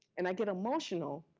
and i get emotional